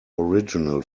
original